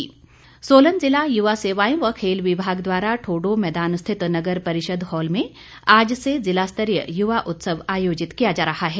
उत्सव सोलन जिला युवा सेवाएं एवं खेल विभाग द्वारा ठोडो मैदान स्थित नगर परिषद हॉल में आज से जिला स्तरीय युवा उत्सव आयोजित किया जा रहा है